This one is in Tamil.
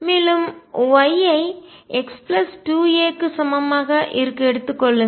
மேலும் y ஐ X 2 a க்கு சமமாக இருக்க எடுத்துக் கொள்ளுங்கள்